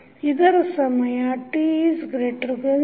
ಇದರ ಸಮಯ t0